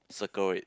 circle it